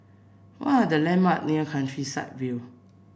what are the landmark near Countryside View